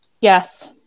Yes